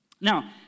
Now